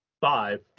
Five